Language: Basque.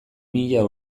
mila